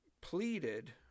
pleaded